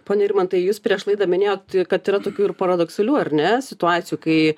pone irmantai jūs prieš laidą minėjot kad yra tokių ir paradoksalių ar ne situacijų kai